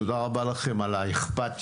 תודה רבה לכם על האיכפתיות.